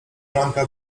ranka